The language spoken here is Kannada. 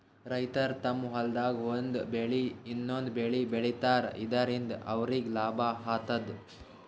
ರೈತರ್ ತಮ್ಮ್ ಹೊಲ್ದಾಗ್ ಒಂದ್ ಬೆಳಿ ಇನ್ನೊಂದ್ ಬೆಳಿ ಬೆಳಿತಾರ್ ಇದರಿಂದ ಅವ್ರಿಗ್ ಲಾಭ ಆತದ್